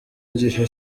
gihe